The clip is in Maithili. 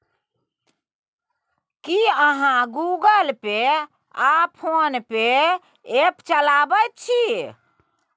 की अहाँ गुगल पे आ फोन पे ऐप चलाबैत छी?